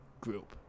group